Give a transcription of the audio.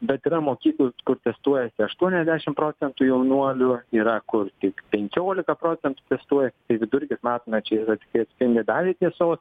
bet yra mokyklų kur testuojasi aštuoniasdešim procentų jaunuolių yra kur tik penkiolika procentų testuoja tai vidurkis matome čia ir atspindi dalį tiesos